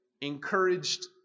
encouraged